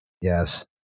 Yes